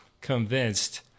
convinced